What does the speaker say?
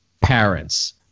parents